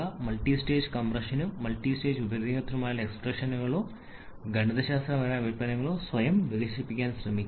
multistage കംപ്രഷനും multistage വിപുലീകരണത്തിനുമായി എക്സ്പ്രഷനുകളോ ഗണിതശാസ്ത്രപരമായ വ്യുൽപ്പന്നങ്ങളോ സ്വന്തമായി വികസിപ്പിക്കാൻ ശ്രമിക്കുക